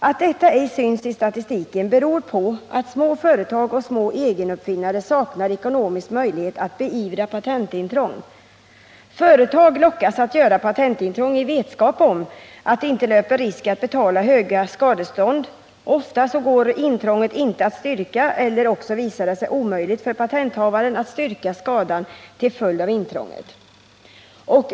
Att detta ej syns i statistiken beror på att små företag och små egenuppfinnare saknar ekonomisk möjlighet att beivra patentintrång. Företag lockas att göra patentintrång i vetskap om att de inte löper risk att betala höga skadestånd. Ofta går intrånget inte att styrka eller också visar det sig omöjligt för patenthavaren att styrka skadan till följd av intrånget.